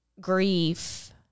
grief